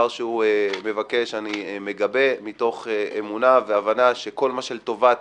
שהוא מבקש אני מגבה מתוך אמונה והבנה שכל מה שלטובת